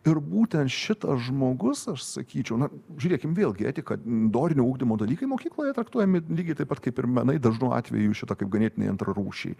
ir būtent šitas žmogus aš sakyčiau na žiūrėkim vėlgi etika dorinio ugdymo dalykai mokykloje traktuojami lygiai taip pat kaip ir menai dažnu atveju šita kaip ganėtinai antrarūšiai